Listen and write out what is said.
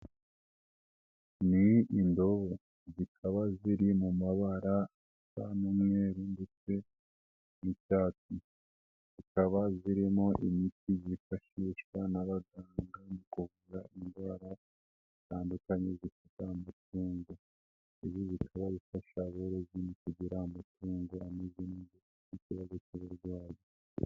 Ni indobo zikaba ziri mu mabara asa n'umweru ndetse n'icyatsi, zikaba zirimo imiti yifashishwa n'abaganga mu kuvura indwara zitandukanye zifata amatungo, ibi bikaba bifasha aborozi mu kugira amatungo ameze neza atafite ikibazo cy'uburwayi.